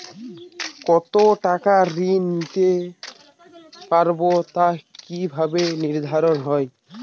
কতো টাকা ঋণ নিতে পারবো তা কি ভাবে নির্ধারণ হয়?